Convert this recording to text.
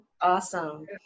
Awesome